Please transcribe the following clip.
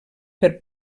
per